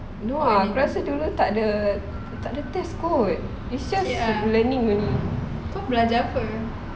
no ah aku rasa dulu tak ada tak ada test kot it's just learning only kau belajar apa